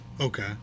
Okay